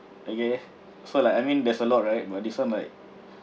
okay so like I mean there's a lot right but this one like